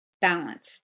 balanced